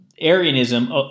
Arianism